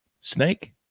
Snake